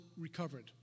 recovered